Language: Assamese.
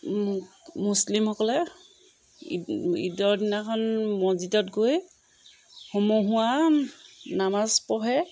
মুছলিমসকলে ঈদৰ দিনাখন মছজিদত গৈ সমূহীয়া নামাজ পঢ়ে